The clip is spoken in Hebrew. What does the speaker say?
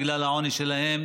בגלל העוני שלהם